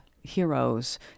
heroes